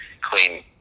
clean